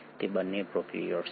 તે બંને પ્રોકેરીયોટ્સ છે